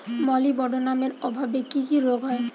মলিবডোনামের অভাবে কি কি রোগ হয়?